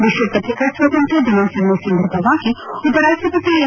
ವಿಶ್ವ ಪತ್ರಿಕಾ ಸ್ವಾತಂತ್ರ ದಿನಾಚರಣೆ ಸಂದರ್ಭವಾಗಿ ಉಪರಾಷ್ಟಪತಿ ಎಂ